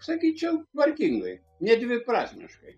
sakyčiau vargingai nedviprasmiškai